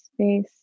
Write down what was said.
space